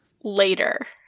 later